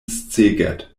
szeged